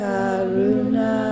Karuna